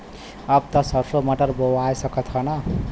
अब त सरसो मटर बोआय सकत ह न?